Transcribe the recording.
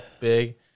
big